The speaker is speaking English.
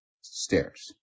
stairs